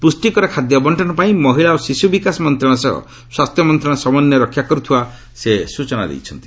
ପୁଷ୍ଟିକର ଖାଦ୍ୟ ବଣ୍ଟନ ପାଇଁ ମହିଳା ଓ ଶିଶୁ ବିକାଶ ମନ୍ତ୍ରଣାଳୟ ସହ ସ୍ୱାସ୍ଥ୍ୟ ମନ୍ତ୍ରଣାଳୟ ସମନ୍ୱୟ ରଖା କରୁଥିବା ସେ ସ୍ଟଚନା ଦେଇଛନ୍ତି